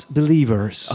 believers